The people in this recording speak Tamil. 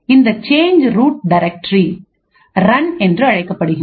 இந்த சேஞ்ச் ரூட் டைரக்டரி ரன் என்று அழைக்கப்படுகின்றது